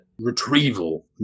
retrieval